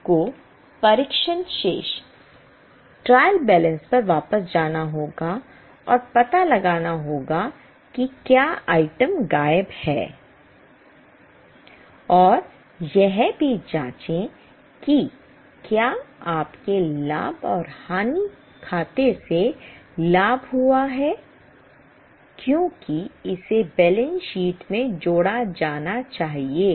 आपको परीक्षण शेष पर वापस जाना होगा और पता लगाना होगा कि क्या आइटम गायब है और यह भी जांचें कि क्या आपके लाभ और हानि खाते से लाभ हुआ है क्योंकि इसे बैलेंस शीट में जोड़ा जाना चाहिए